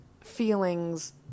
feelings